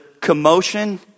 commotion